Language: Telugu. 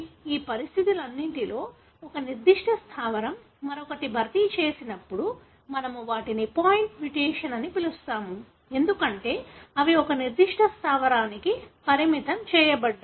ఈ పరిస్థితులన్నింటిలో ఒక నిర్దిష్ట స్థావరం మరొకటి భర్తీ చేయబడినప్పుడు మనము వాటిని పాయింట్ మ్యుటేషన్ అని పిలుస్తాము ఎందుకంటే అవి ఒక నిర్దిష్ట స్థావరానికి పరిమితం చేయబడ్డాయి